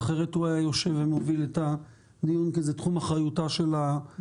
אחרת הוא היה יושב ומוביל את הדיון כי זה תחום אחריותה של הוועדה.